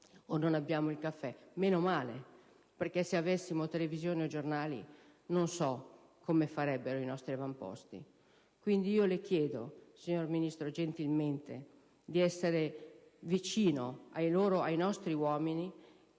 - non abbiamo televisione, caffè, e meno male, perché se avessimo televisioni e giornali non so come farebbero i nostri avamposti. Quindi le chiedo, signor Ministro, gentilmente di essere vicino ai nostri uomini,